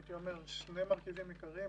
הייתי אומר, שני מרכיבים עיקריים.